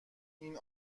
این